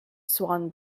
swan